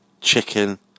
chicken